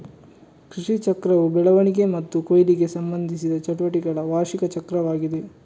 ಕೃಷಿಚಕ್ರವು ಬೆಳವಣಿಗೆ ಮತ್ತು ಕೊಯ್ಲಿಗೆ ಸಂಬಂಧಿಸಿದ ಚಟುವಟಿಕೆಗಳ ವಾರ್ಷಿಕ ಚಕ್ರವಾಗಿದೆ